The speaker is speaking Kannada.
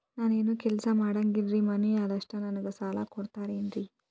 ನಾನು ಏನು ಕೆಲಸ ಮಾಡಂಗಿಲ್ರಿ ಮನಿ ಅದ ಅಷ್ಟ ನನಗೆ ಸಾಲ ಕೊಡ್ತಿರೇನ್ರಿ?